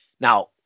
Now